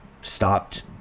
stopped